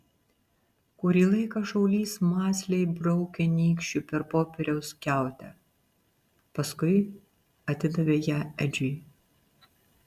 kurį laiką šaulys mąsliai braukė nykščiu per popieriaus skiautę paskui atidavė ją edžiui